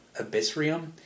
Abyssrium